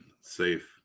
safe